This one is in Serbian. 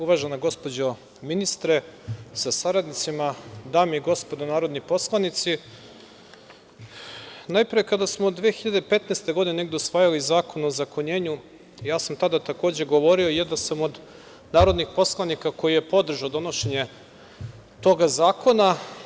Uvažena gospođo ministre sa saradnicima, dame i gospodo narodni poslanici, najpre kada smo 2015. godine usvajali Zakon o ozakonjenju, ja sam tada takođe govorio i jedan sam od narodnih poslanika koji je podržao donošenje tog zakona.